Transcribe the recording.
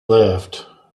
left